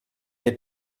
est